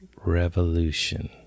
Revolution